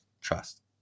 Trust